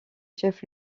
chef